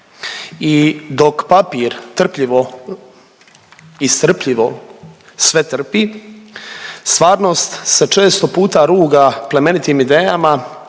i dok papir trpljivo i strpljivo sve trpi, stvarnost se često puta ruga plemenitim idejama